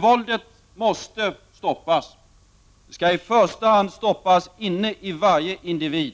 Våldet måste stoppas. Det skall i första hand stoppas inne i varje individ.